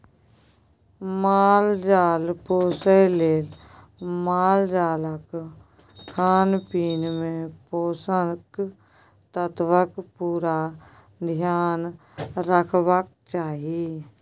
माल जाल पोसय लेल मालजालक खानपीन मे पोषक तत्वक पुरा धेआन रखबाक चाही